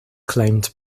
claimed